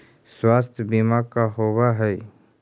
स्वास्थ्य बीमा का होव हइ?